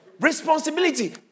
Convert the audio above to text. responsibility